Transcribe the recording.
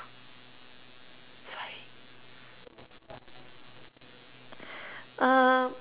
sorry um